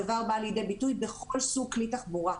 הדבר בא לידי ביטוי בכל סוג כלי תחבורה.